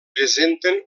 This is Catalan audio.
presenten